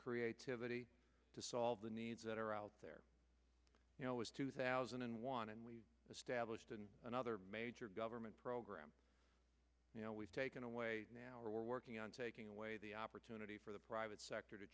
creativity to solve the needs that are out there you know was two thousand and one and we established in another major government program you know we taken away now we're working on taking away the opportunity for the private sector to